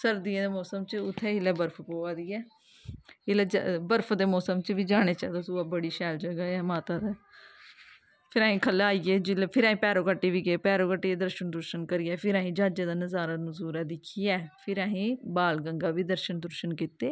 सर्दियें दे मोसम च उत्थें इसलै बर्फ पवा दी ऐ इसलै बर्फ दे मोसम च बी जाना चाहिदा सग्गुआं बड़ी शैल जगह ऐ माता दे फिर असीं ख'ल्लै आई गे जेल्लै फिस असीं भैरो घाटी बी गे भैरो घाटी दर्शन दुर्शन करियै फिर असें ज्हाजै दा नजारा नजूरा दिक्खियै फिर असें बाल गंगा बी दर्शन दुर्शन कीते